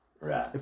Right